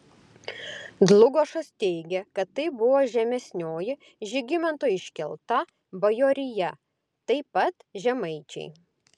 dlugošas teigia kad tai buvo žemesnioji žygimanto iškelta bajorija taip pat žemaičiai